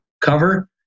cover